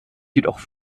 jedoch